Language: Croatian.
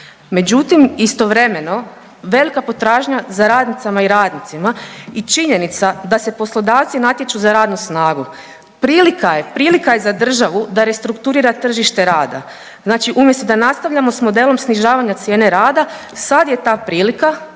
Međutim, istovremeno velika potražnja za radnicama i radnicima i činjenica da se poslodavci natječu za radnu snagu prilika je, prilika je za državu da restrukturira tržište rada. Znači umjesto da nastavljamo s modelom snižavanja cijene rada sad je ta prilika